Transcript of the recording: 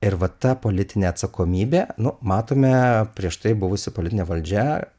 ir va ta politinė atsakomybė nu matome prieš tai buvusi politinė valdžia